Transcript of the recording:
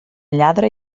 lladre